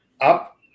up